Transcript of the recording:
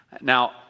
Now